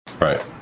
Right